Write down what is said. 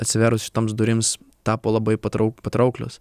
atsivėrus šitoms durims tapo labai patrau patrauklios